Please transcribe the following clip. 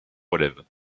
relève